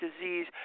disease